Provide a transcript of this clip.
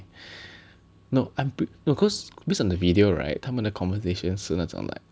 no I'm pre~ no cause cause on the video right 他们的 conversation 是那种 like